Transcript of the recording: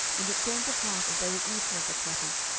and it came to pass, as they were eating of the pottage,